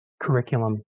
curriculum